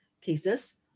Cases